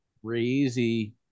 crazy